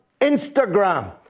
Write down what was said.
Instagram